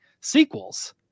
sequels